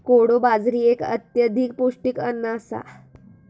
कोडो बाजरी एक अत्यधिक पौष्टिक अन्न आसा